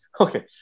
okay